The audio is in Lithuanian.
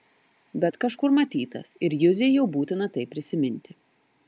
bet kažkur matytas ir juzei jau būtina tai prisiminti